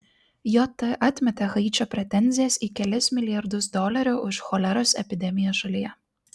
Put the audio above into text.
jt atmetė haičio pretenzijas į kelis milijardus dolerių už choleros epidemiją šalyje